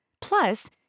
Plus